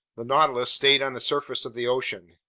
the nautilus stayed on the surface of the ocean.